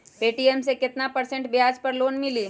Paytm मे केतना percent ब्याज पर लोन मिली?